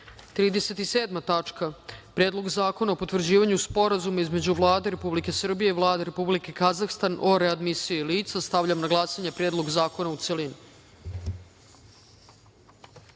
reda – Predlog zakona o potvrđivanju Sporazuma između Vlade Republike Srbije i Vlade Republike Kazahstan o readmisiji lica. Stavljam na glasanje Predlog zakona, u